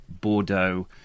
Bordeaux